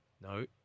No